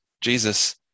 Jesus